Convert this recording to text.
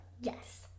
Yes